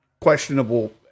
questionable